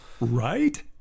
Right